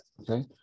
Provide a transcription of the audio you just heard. Okay